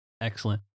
Excellent